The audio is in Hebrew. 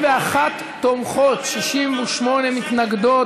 21 תומכות, 68 מתנגדות.